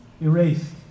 Erased